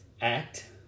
Act